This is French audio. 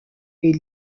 est